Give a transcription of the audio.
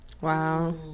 Wow